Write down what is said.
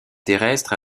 terrestre